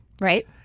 right